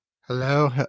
Hello